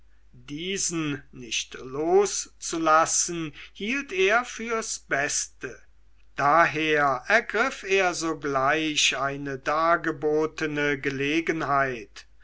diesen nicht loszulassen hielt er fürs beste daher ergriff er sogleich eine dargebotene gelegenheit